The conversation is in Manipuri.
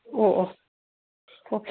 ꯑꯣ ꯑꯣ ꯑꯣ